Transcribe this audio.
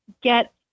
get